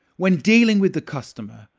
when dealing with the customer,